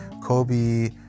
Kobe